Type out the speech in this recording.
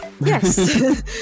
yes